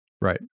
right